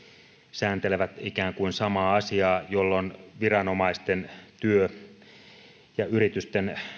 sääntelevät ikään kuin samaa asiaa jolloin viranomaisten ja yritysten